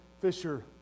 fisher